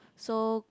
so